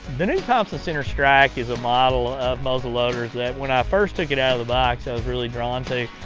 the new thompson center strike is a model of muzzleloader that when i first took it out of the box, i was really drawn to.